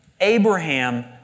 Abraham